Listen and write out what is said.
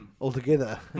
altogether